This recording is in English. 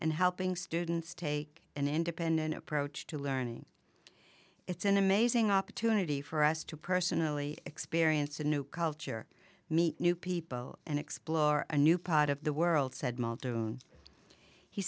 and helping students take an independent approach to learning it's an amazing opportunity for us to personally experience a new culture meet new people and explore a new part of the world said he